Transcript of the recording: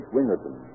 Wingerton